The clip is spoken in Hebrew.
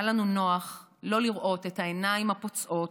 היה לנו נוח לא לראות את העיניים הפצועות,